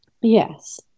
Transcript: Yes